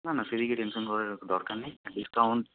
না না সেদিকে টেনশন করার দরকার নেই ডিসকাউন্ট